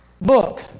book